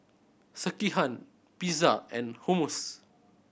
Sekihan Pizza and Hummus